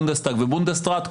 בונדסטאג ובונדסראט,